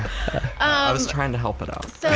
was trying to help it out.